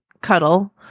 cuddle